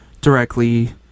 directly